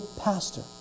pastor